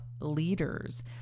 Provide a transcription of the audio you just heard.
leaders